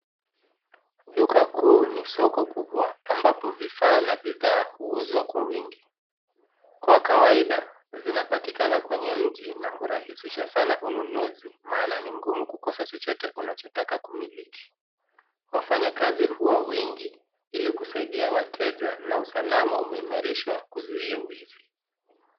Duka kuu ni soko kubwa ambapo vifaa na bidhaa uuzwa kwa wingi. Kwa kawaida zinapatikana kwenye mji na hurahisisha sana ununuzi maana ni nguumu kukosa chochote unachotaka kumiliki. Wafanyakazi huwa wengi ili kusaidia wateja na usalama umeimarishwa kuzuia wizi.